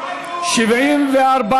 הצהרת אמונים) לא נתקבלה.